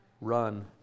run